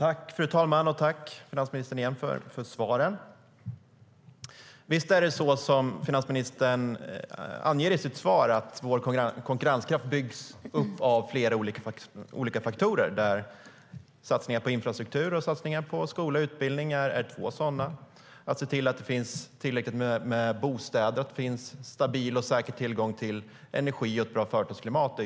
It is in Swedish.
Fru talman! Jag tackar finansministern än en gång för svaren. Visst är det så som finansministern anger i sitt svar - att vår konkurrenskraft byggs upp av flera olika faktorer där satsningar på infrastruktur och på skola och utbildning är två sådana. Andra faktorer är att se till att det finns tillräckligt med bostäder och att det finns stabil och säker tillgång till energi och ett bra företagsklimat.